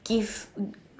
give